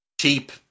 cheap